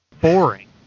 boring